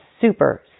super